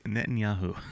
Netanyahu